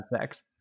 sex